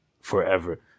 forever